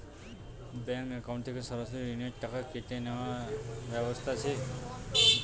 Bank account থেকে সরাসরি ঋণের টাকা কেটে নেওয়ার ব্যবস্থা আছে?